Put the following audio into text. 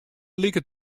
liket